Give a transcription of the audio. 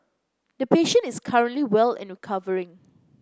the patient is currently well and recovering